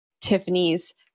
Tiffany's